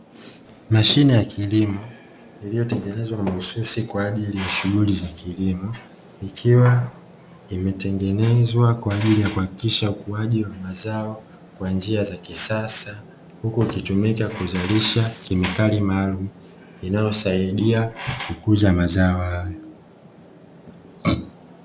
Mashine ya kilimo, iliyo tengenezwa mahsusi kwaajili ya shughuli za kilimo ikiwa imetengenezwa kwaajili ya kuhakikisha ukuaji wa mazao kwa njia za kisasa, huku ikitumika kuzalisha kemikali maalum inayo saidia kukuza mazao hayo.